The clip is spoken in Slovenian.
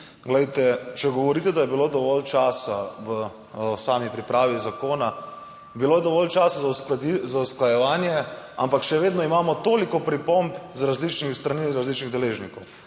Glejte, če govorite, da je bilo dovolj časa v sami pripravi zakona, bilo dovolj časa za usklajevanje, ampak še vedno imamo toliko pripomb z različnih strani, različnih deležnikov,